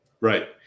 Right